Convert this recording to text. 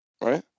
Right